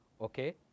Okay